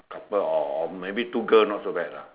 but or or maybe two girl not so bad lah